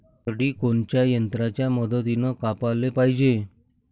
करडी कोनच्या यंत्राच्या मदतीनं कापाले पायजे?